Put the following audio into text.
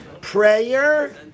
prayer